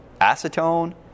acetone